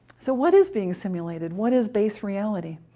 so what is being simulated? what is base reality?